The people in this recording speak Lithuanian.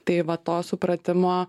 tai va to supratimo